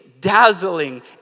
dazzling